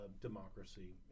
democracy